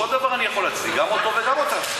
כל דבר אני יכול להצדיק, גם אותו וגם אותך.